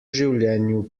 življenju